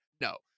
No